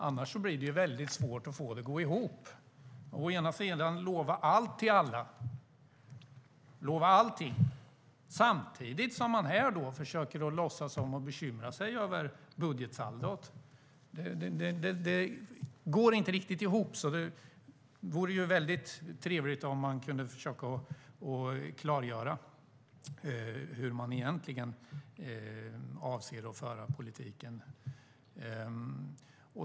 Annars blir det väldigt svårt att få det att gå ihop. Man lovar allt till alla samtidigt som man här försöker låtsas som att man bekymrar sig över budgetsaldot. Det går inte riktigt ihop. Det vore trevligt om man kunde försöka klargöra hur man egentligen avser att föra politiken.